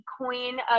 queen